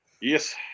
Yes